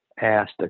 Asked